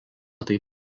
taip